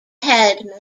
head